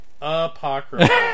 apocryphal